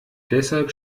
deshalb